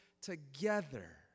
together